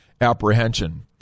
Apprehension